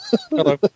Hello